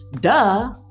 Duh